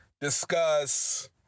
discuss